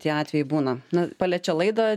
tie atvejai būna na paliečia laidą